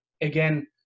again